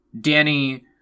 Danny